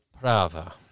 Prava